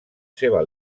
seva